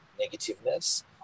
negativeness